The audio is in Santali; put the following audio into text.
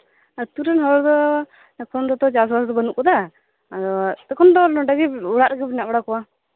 ᱟᱹᱛᱩᱨᱮᱱ ᱦᱚᱲᱫᱚ ᱮᱠᱷᱚᱱ ᱫᱚᱛᱚ ᱪᱟᱥᱵᱟᱥ ᱛᱚ ᱵᱟᱹᱱᱩᱜ ᱟᱠᱟᱫᱟ ᱟᱫᱚ ᱮᱠᱷᱚᱱ ᱫᱚ ᱚᱲᱟᱜ ᱨᱮᱜᱤ ᱢᱮᱱᱟᱜ ᱵᱟᱲᱟ ᱠᱚᱣᱟ